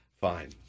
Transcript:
Fine